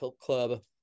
club